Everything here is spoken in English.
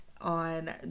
on